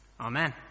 amen